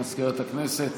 מזכירת הכנסת,